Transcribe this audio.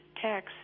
tax